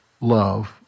love